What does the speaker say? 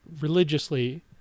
religiously